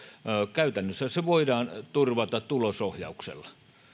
käytännössä ne voidaan turvata tulosohjauksella